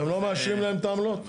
אתם לא מאשרים להם את העמלות?